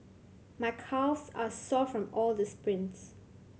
my calves are sore from all the sprints